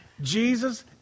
Jesus